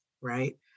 right